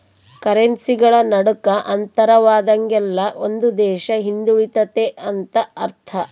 ಕರೆನ್ಸಿಗಳ ನಡುಕ ಅಂತರವಾದಂಗೆಲ್ಲ ಒಂದು ದೇಶ ಹಿಂದುಳಿತೆತೆ ಅಂತ ಅರ್ಥ